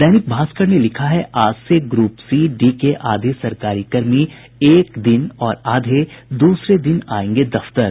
दैनिक भास्कर ने लिखा है आज से ग्रुप सी डी के आधे सरकारी कर्मी एक दिन और आधे दूसरे दिन आयेंगे दफ्तर